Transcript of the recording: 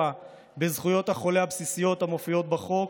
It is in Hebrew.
בזכויות החולה הבסיסיות המופיעות בחוק